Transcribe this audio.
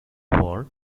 war